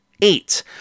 Eight